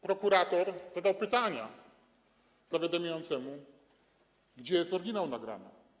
Prokurator zadał pytania zawiadamiającemu, gdzie jest oryginał nagrania.